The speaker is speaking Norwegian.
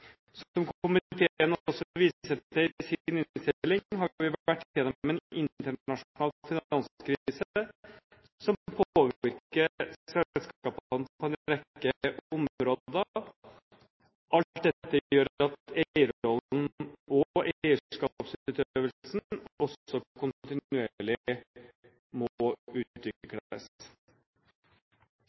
Som komiteen også viser til i sin innstilling, har vi vært gjennom en internasjonal finanskrise som påvirker selskapene på en rekke områder. Alt dette gjør at eierrollen og eierskapsutøvelsen også kontinuerlig må